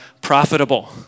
profitable